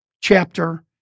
chapter